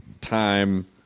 time